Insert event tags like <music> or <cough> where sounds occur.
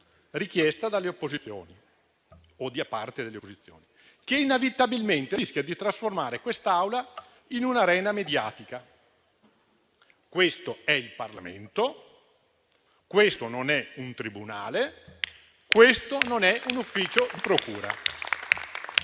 richiesta dalle opposizioni o di parte delle opposizioni, che inevitabilmente rischia di trasformare quest'Aula in un'arena mediatica. Questo è il Parlamento, non un tribunale, né un ufficio di procura. <applause>